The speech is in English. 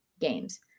games